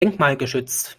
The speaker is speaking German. denkmalgeschützt